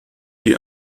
die